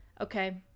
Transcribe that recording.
okay